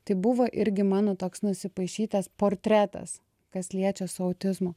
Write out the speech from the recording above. tai buvo irgi mano toks nusipaišytas portretas kas liečia su autizmu